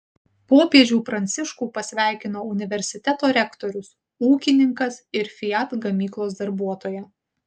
popiežių pranciškų pasveikino universiteto rektorius ūkininkas ir fiat gamyklos darbuotoja